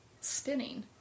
spinning